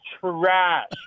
trash